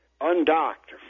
undocked